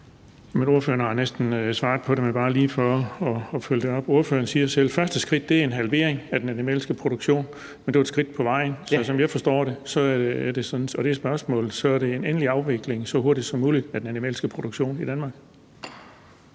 har næsten svaret på det. Men bare lige for at følge det op vil jeg sige, at ordføreren selv siger, at første skridt er en halvering af den animalske produktion, men det er et skridt på vejen. Og som jeg forstår det – og det er spørgsmålet – er det så en endelig afvikling af den animalske produktion i Danmark